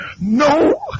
no